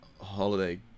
holiday